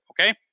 okay